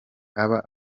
aba